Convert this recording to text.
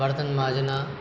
برتن مانجنا